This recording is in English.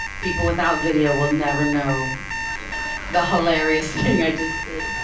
people without video will never know the hilarious thing i just did.